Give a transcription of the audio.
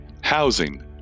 housing